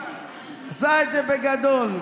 עשה את זה בגדול.